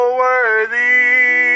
worthy